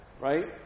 Right